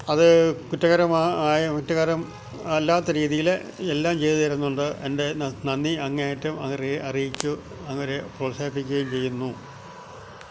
അത് കുറ്റകരമാ ആയ കുറ്റകരം അല്ലാത്ത രീതിയില് എല്ലാം ചെയ്തു തരുന്നുണ്ട് എന്റെ നന്ദി അങ്ങേയറ്റം അവരെ അറിയിച്ചു അവരെ പ്രോത്സാഹിപ്പിക്കുകയും ചെയ്യുന്നു